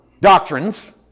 doctrines